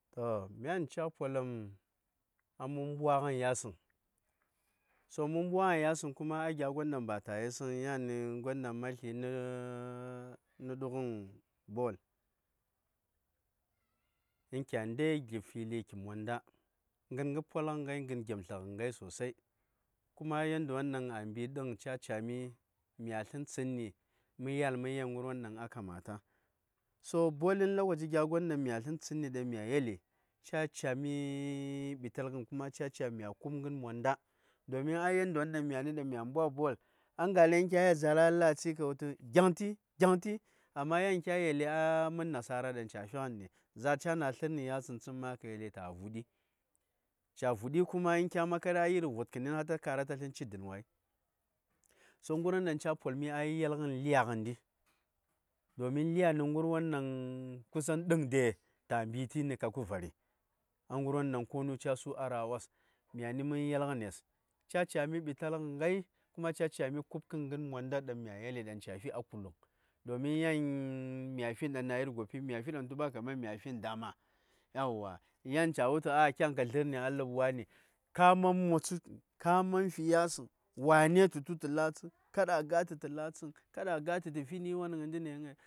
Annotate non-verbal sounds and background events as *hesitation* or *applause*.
To myan ca: pol:m a mən bwaŋən ya:səŋ to mən bwaŋən ya:səŋ kuma ngya gwondang ba ta yisəŋ ni gwondaŋ ma slə nə *hesitation* dugən ball. in kya ndai gip pili ki monda, kə gəngə polŋ ngai gəngə yomsleghen ghai sosai kuma yandayodaŋ a mbi dəŋ ca ca: mi mya slən tsənni, mə ya:l mə yel gərwon ɗaŋ a kamata. So ballən lokaci gya gwon ɗaŋ mya slən tsənni, ca ca:mi *hesitation* ɓitalghən kuma ca ca: mya ku:b gən monda. Domin a yandayoɗaŋ myani ɗaŋmya mbwa ball, yan ngallai kya yel za:r ya la:tsəghəi ka wul tu gyaŋti-gyaŋti, amma yan kya yelli a mən nasara ɗaŋ ca: fighəni, za:r ca na̱ tə:ni ya:səŋ tsən makayel ta: vuɗi. Ca vuɗi kuma kya makarai a iri vudkeni gin kuma ta kara ta slən ci dən wai. So gərwon ɗaŋ ca: polmi a yelgən lya ngəndi. Domin lya nə gərwon ɗaŋ kusan dəŋ de, ta: mbi ti nə kapkə va̱ri a gərwonɗaŋ konu ca: su a ra: wos, mya:ni mən yelgənes ca ca:miɓitalgənghai, kuma ca ca:mi ku:pkən gən monda ɗaŋ mya yelli ca: fi a kuluŋ domin ya:n mya fi ni na̱ iri goppi, mya fi ɗaŋkutuŋɓa mya fi nə dama, yauwa. In ya:n ca wul tu ah, kyan ka zlə:rni a ləb wa:ni, ka man motsə tə-kaman motsə tə, ka man fi ya:səŋ, wa:ne tə tu tə la:tsə, kada a ga:tə tə la:tsəŋ, kada a ga: tə tə fi niwon nɗi vəŋ,